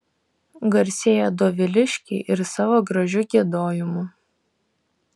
garsėjo doviliškiai ir savo gražiu giedojimu